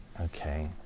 Okay